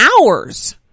hours